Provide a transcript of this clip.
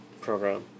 program